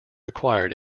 acquired